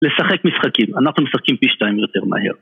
לשחק משחקים, אנחנו משחקים פי 2 יותר מהר.